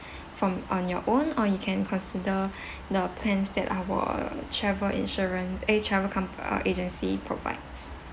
from on your own or you can consider the plans that our travel insurance eh travel com~ uh agency provides